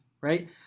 right